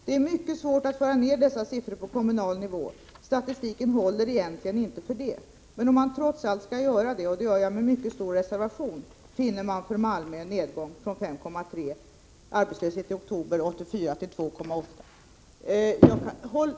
Det är mycket svårt att föra ner dessa siffror på kommunal nivå, statistiken håller egentligen inte för det. Men om man trots allt skall göra det, och det gör jag med mycket stor reservation, finner man för Malmö en nedgång från 5,3 90 arbetslöshet i oktober 1984 till 2,8 90 för närvarande.”